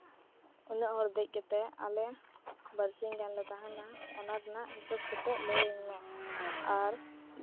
ᱩᱱᱟᱹᱜ ᱦᱚᱲ ᱫᱮᱡ ᱠᱟᱛᱮᱫ ᱟᱞᱮ ᱵᱟᱨ ᱥᱤᱧ ᱜᱟᱱ ᱞᱮ ᱛᱟᱦᱮᱱᱟ ᱚᱱᱟ ᱨᱮᱱᱟᱜ ᱦᱤᱥᱟᱹᱵ ᱠᱟᱛᱮᱫ ᱞᱟᱹᱭ ᱟᱹᱧ ᱢᱮ ᱟᱨ